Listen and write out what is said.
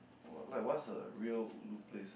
oh like what's a real ulu place ah